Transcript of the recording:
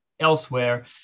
Elsewhere